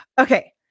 Okay